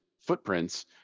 footprints